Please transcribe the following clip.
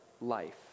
life